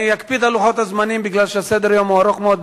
אני אקפיד על לוח הזמנים מפני שסדר-היום ארוך מאוד.